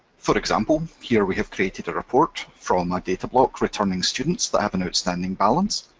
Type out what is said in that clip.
for example, here we have created a report from a datablock returning students that have an outstanding balance,